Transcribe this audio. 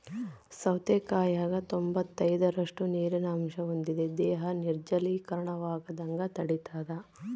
ಸೌತೆಕಾಯಾಗ ತೊಂಬತ್ತೈದರಷ್ಟು ನೀರಿನ ಅಂಶ ಹೊಂದಿದೆ ದೇಹ ನಿರ್ಜಲೀಕರಣವಾಗದಂಗ ತಡಿತಾದ